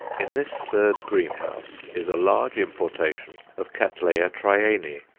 in this third greenhouse is a large importation of cattleya trianae,